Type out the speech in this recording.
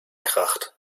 kracht